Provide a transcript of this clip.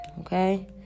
okay